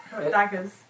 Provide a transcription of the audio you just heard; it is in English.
Daggers